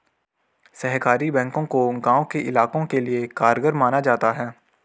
सहकारी बैंकों को गांव के इलाकों के लिये कारगर माना जाता है